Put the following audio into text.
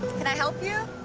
can i help you?